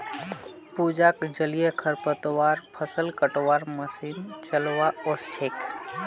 पूजाक जलीय खरपतवार फ़सल कटवार मशीन चलव्वा ओस छेक